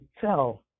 tell